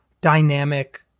dynamic